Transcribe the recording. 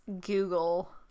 Google